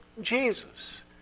Jesus